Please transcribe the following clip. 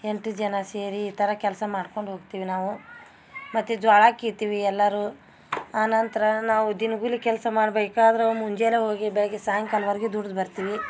ಎಂಟು ಜನ ಸೇರಿ ಈ ಥರ ಕೆಲಸ ಮಾಡ್ಕೊಂಡು ಹೋಗ್ತೀವಿ ನಾವು ಮತ್ತು ಜ್ವಾಳ ಕೀತ್ತಿವಿ ಎಲ್ಲರು ಆನಂತರ ನಾವು ದಿನಗೂಲಿ ಕೆಲಸ ಮಾಡಬೇಕಾದ್ರೆ ಮುಂಜಾಲೆ ಹೋಗಿ ಬೆಳಗ್ಗೆ ಸಾಯಂಕಾಲ್ವರೆಗು ದುಡ್ದು ಬರ್ತೀವಿ